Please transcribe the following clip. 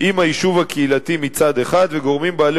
עם היישוב הקהילתי מצד אחד וגורמים בעלי